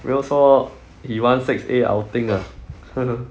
rio 说 he want six A outing ah